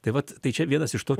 tai vat tai čia vienas iš to